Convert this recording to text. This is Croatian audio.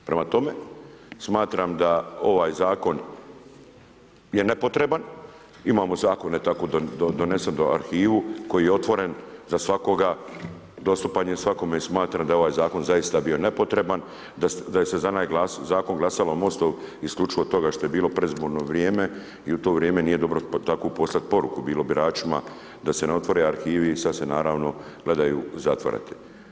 Prema tome, smatram da ovaj zakon je nepotreban, imamo zakone tako donesene do arhivu koje je otvoren za svakoga, dostupan je svakome i smatram da je ovaj zakon zaista bio nepotreban, da je se za onaj zakon glasalo Mostov, isključivo radi toga jer je bilo predizborno vrijeme i u to vrijeme nije dobro tako poslati poruku, bilo biračima da se ne otvore arhivi i sad se naravno gledaju zatvarati.